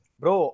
bro